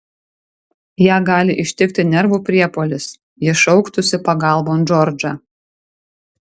ją gali ištikti nervų priepuolis ji šauktųsi pagalbon džordžą